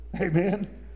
Amen